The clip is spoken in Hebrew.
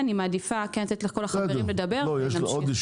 לתת לכל החברים לדבר ואז לדבר.